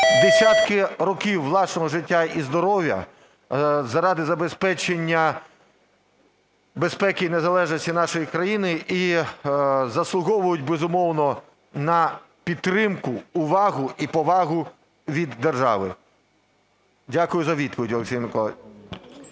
десятки років власного життя і здоров'я заради забезпечення безпеки і незалежності нашої країни і заслуговують, безумовно, на підтримку, увагу і повагу від держави. Дякую за відповідь, Олексій Миколайович.